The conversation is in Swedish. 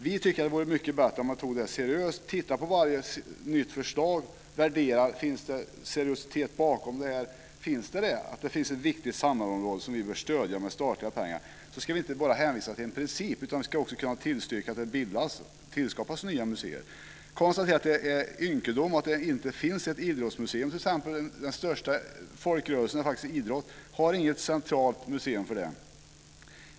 Vi tycker att det vore mycket bättre om man tog det här seriöst och tittade på varje nytt förslag och värderade om det fanns någon seriositet bakom. Finns det ett viktigt samhällsområde som vi bör stödja med statliga pengar ska vi inte bara hänvisa till en princip, utan vi ska också kunna tillstyrka att det tillskapas nya museer. Jag konstaterar att det är ynkedom att det inte finns ett idrottsmuseum t.ex. Den största folkrörelsen, som faktiskt är idrott, har inget centralt museum.